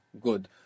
Good